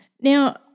Now